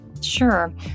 Sure